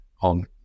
on